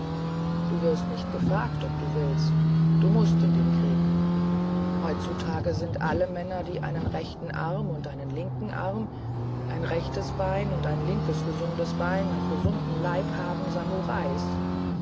du wirst nicht gefragt ob du willst du mußt in den krieg heutzutage sind alle männer die einen rechten arm und einen linken arm ein rechtes bein und ein linkes gesundes bein am gesunden leib haben samurais